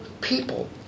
people